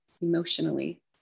emotionally